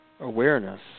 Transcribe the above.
awareness